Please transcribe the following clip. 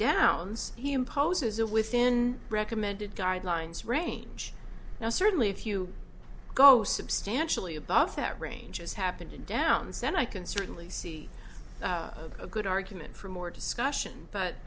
downs he imposes a within recommended guidelines range now certainly if you go substantially above that range as happened in downs then i can certainly see a good argument for more discussion but